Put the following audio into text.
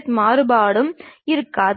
கோடுகளாக இருக்க வேண்டும்